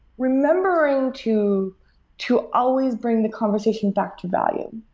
remembering to to always bring the conversation back to value.